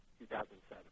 2007